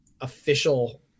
official